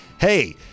hey